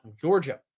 Georgia